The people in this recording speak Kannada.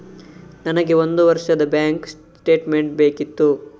ನನಗೆ ಒಂದು ವರ್ಷದ ಬ್ಯಾಂಕ್ ಸ್ಟೇಟ್ಮೆಂಟ್ ಬೇಕಿತ್ತು